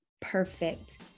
perfect